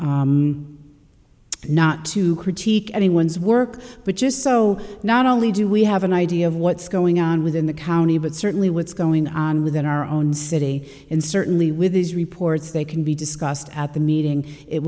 not to critique anyone's work but just so not only do we have an idea of what's going on within the county but certainly what's going on within our own city and certainly with these reports they can be discussed at the meeting it